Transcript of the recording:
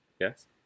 Yes